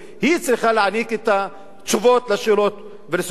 היא צריכה להעניק את התשובות לשאלות ולסוגיות.